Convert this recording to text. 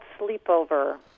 sleepover